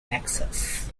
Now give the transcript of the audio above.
texas